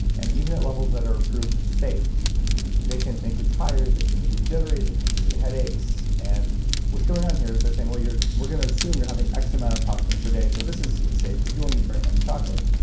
and even at levels that are approved safe they can make you tired, they can make you jittery, they can give you headaches and what's going on here is, they're saying, well we're going to assume that you're having x amount of toxins per day, so this is safe because you won't eat very much chocolate,